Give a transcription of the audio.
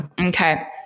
Okay